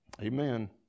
Amen